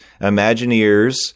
Imagineers